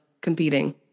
competing